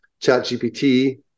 ChatGPT